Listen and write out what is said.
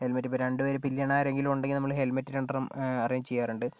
ഇപ്പോൾ രണ്ടുപേർ പിന്നിൽ ആരെങ്കിലും ഉണ്ടെങ്കിൽ ഹെൽമെറ്റ് രണ്ടെണ്ണം അറേഞ്ച് ചെയ്യാറുണ്ട്